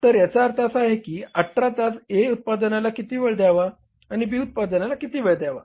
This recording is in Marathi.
तर याचा अर्थ असा आहे की या 18 तासात A उत्पादनाला किती वेळ द्यावा आणि B उत्पादनास किती वेळ द्यावा